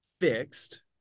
fixed